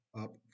up